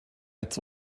its